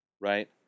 right